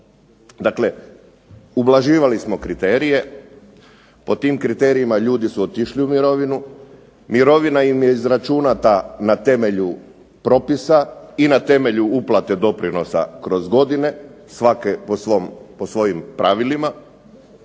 Dakle, ublaživali smo kriterije. Po tim kriterijima ljudi su otišli u mirovinu. Mirovina im je izračunata na temelju propisa i na temelju uplate doprinosa kroz godine svake po svojim pravilima.